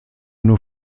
nun